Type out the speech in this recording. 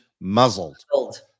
muzzled